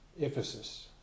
Ephesus